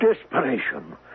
Desperation